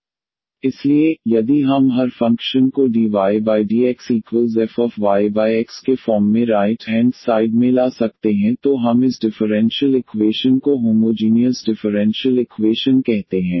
इसलिए यदि हम हर फंक्शन को dydxfyx के फॉर्म में राइट हैंड साइड में ला सकते हैं तो हम इस डिफरेंशियल इक्वेशन को होमोजीनियस डिफरेंशियल इक्वेशन कहते हैं